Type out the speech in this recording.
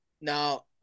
Now